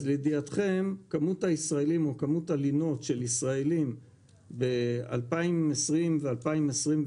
לידיעתכם כמות הלינות של ישראלים בשנים 2020 ו-2021,